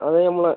അത് നമ്മളെ